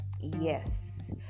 Yes